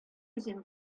үзем